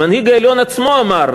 המנהיג העליון עצמו אמר,